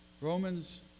Romans